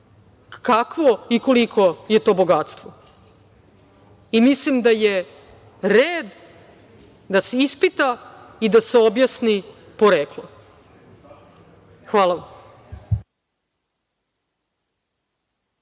kakvo i koliko je to bogatstvo. Mislim da je red da se ispita i da se objasni poreklo. Hvala vam.